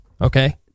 Okay